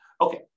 Okay